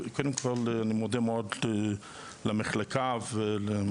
קודם כל אני מודה מאוד למחלקה ולמר